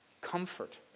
comfort